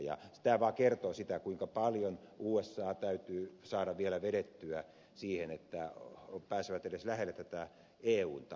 tämä vaan kertoo siitä kuinka paljon usa täytyy saada vielä vedettyä siihen että pääsevät edes lähelle tätä eun tasoa